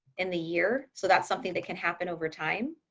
in the year. so that's something that can happen over time.